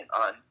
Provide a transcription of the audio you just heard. on